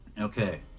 Okay